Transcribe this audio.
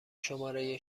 شماره